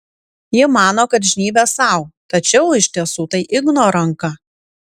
ji mano kad žnybia sau tačiau iš tiesų tai igno ranka